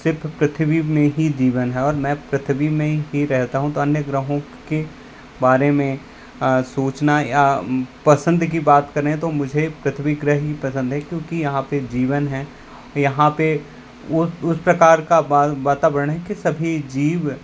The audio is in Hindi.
सिर्फ पृथ्वी मे ही जीवन है और मैं पृथ्वी में ही रहता हूँ तो अन्य ग्रहों के बारे में सोचना या पसंद की बात करे तो मुझे पृथ्वी गृह ही पसंद है क्योंकि यहाँ पे जीवन है यहाँ पे ओ उस प्रकार का वातावरण है की सभी जीव